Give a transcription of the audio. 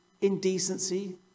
indecency